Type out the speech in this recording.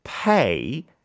Pay